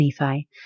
Nephi